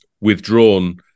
withdrawn